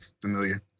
familiar